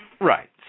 Right